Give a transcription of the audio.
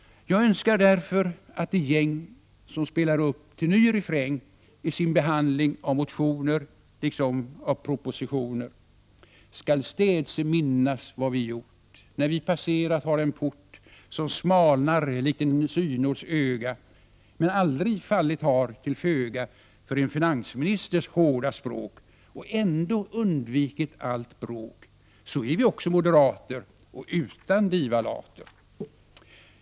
Jag önskar därför att det gäng som spelar upp till ny refräng i sin behandling av motioner, skall städse minnas vad vi gjort, när vi passerat har den port som smalnar likt en synåls öga, men aldrig fallit har till föga för en finansministers hårda språk och ändå undvikit allt bråk. Så är vi också moderater, och utan divalater!